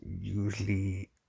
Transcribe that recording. usually